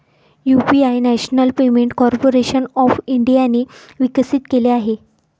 UPI national payment corporation of इंडियाने विकसित केले आहे